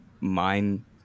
mind